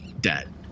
Dead